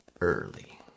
early